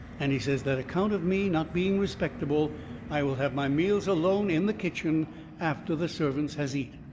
and he says that account of me not being respectable i will have my meals alone in the kitchen after the servants has eat.